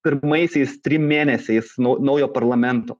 pirmaisiais trim mėnesiais nuo naujo parlamento